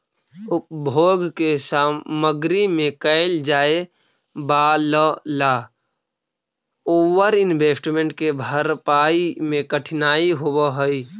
उपभोग के सामग्री में कैल जाए वालला ओवर इन्वेस्टमेंट के भरपाई में कठिनाई होवऽ हई